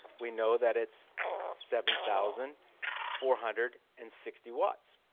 we know that it's seven thousand four hundred and sixty watts